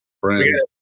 friends